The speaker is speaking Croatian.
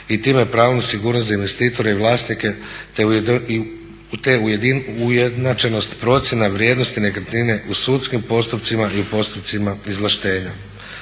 i time pravnu sigurnost za investitore i vlasnike te ujednačenost procjena vrijednost nekretnine u sudskim postupcima i u postupcima izvlaštenja.